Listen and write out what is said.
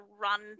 run